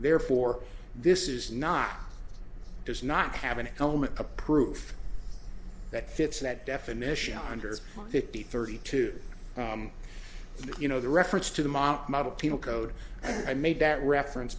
therefore this is not does not have an element a proof that fits that definition under fifty thirty two you know the reference to the model penal code and i made that reference